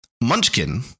Munchkin